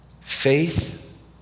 Faith